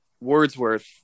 Wordsworth